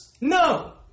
No